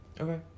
Okay